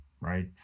right